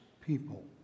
people